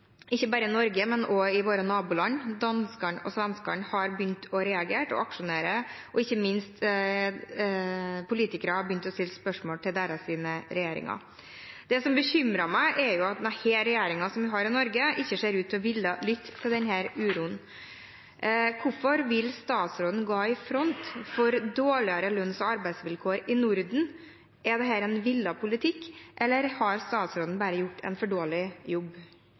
ikke bare i Norge, men også i våre naboland. Danskene og svenskene har begynt å reagere og aksjonere, og ikke minst har politikere begynt å stille spørsmål til sine regjeringer. Det som bekymrer meg, er at den regjeringen som vi har i Norge, ikke ser ut til å ville lytte til denne uroen. Hvorfor vil statsråden gå i front for dårligere lønns- og arbeidsvilkår i Norden? Er dette en villet politikk, eller har statsråden bare gjort en for dårlig jobb?